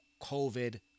COVID